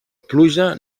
pluja